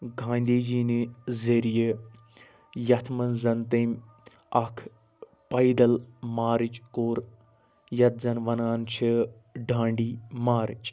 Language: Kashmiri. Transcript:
گاندھی جی نہِ ذریعہِ یتھ مَنٛز تٔمۍ اکھ پایدَل مارٕچ کوٚر یتھ زن ونان چھِ ڈانٛڈی مارٕچ